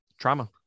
trauma